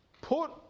Put